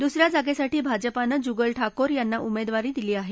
दुस या जागेसाठी भाजपानं जुगल ठाकोर यांना उमेदवारी दिली आहे